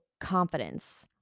confidence